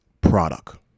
product